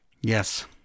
Yes